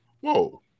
Whoa